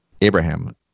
abraham